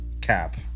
Cap